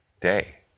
day